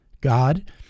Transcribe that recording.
God